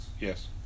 Yes